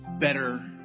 better